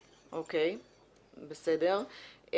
אוקיי, בסדר.